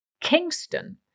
Kingston